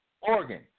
organ